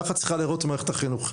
ככה צריכה להראות מערכת החינוך,